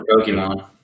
Pokemon